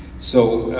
so,